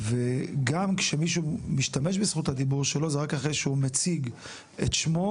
וגם כשמישהו משתמש בזכות הדיבור שלו זה רק אחרי שהוא מציג את שמו